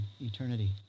eternity